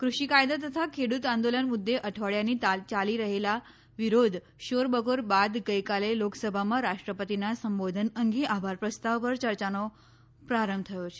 ક્રૃષિ કાયદા તથા ખેડુત આંદોલન મુદૃે અઠવાડીયાની યાલી રહેલા વિરોધ શોરબકોર બાદ ગઇકાલે લોકસભામાં રાષ્ટ્રપતિના સંબોધન અંગે આભાર પ્રસ્તાવ પર ચર્ચાનો પ્રારંભ થયો છે